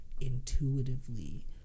intuitively